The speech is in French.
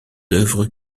œuvres